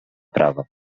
prawo